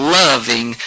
loving